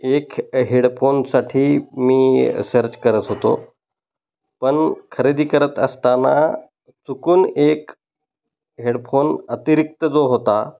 एक हेडफोनसाठी मी सर्च करत होतो पण खरेदी करत असताना चुकून एक हेडफोन अतिरिक्त जो होता